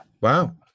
wow